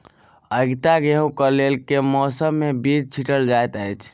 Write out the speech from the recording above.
आगिता गेंहूँ कऽ लेल केँ मौसम मे बीज छिटल जाइत अछि?